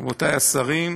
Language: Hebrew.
רבותיי השרים,